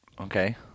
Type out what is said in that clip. Okay